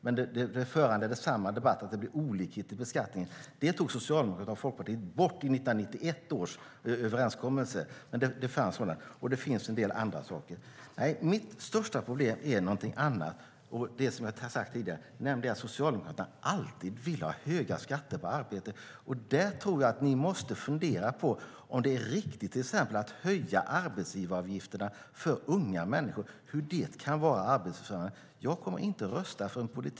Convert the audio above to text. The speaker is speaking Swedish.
Men det föranledde samma debatt, att det blev olikhet i beskattningen. Det tog Socialdemokraterna och Folkpartiet bort i 1991 års överenskommelse. Det finns också en del andra saker. Mitt största problem är något annat, som jag har sagt tidigare, nämligen att Socialdemokraterna alltid vill ha höga skatter på arbete. Jag tror att ni måste fundera på om det är riktigt att till exempel höja arbetsgivaravgifterna för unga människor. Hur kan det vara arbetsfrämjande?